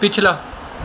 ਪਿਛਲਾ